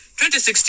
2016